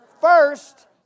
First